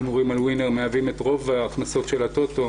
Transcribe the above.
הימורים על ווינר מהווים את רוב ההכנסות של הטוטו